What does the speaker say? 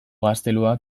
gaztelua